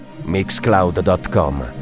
Mixcloud.com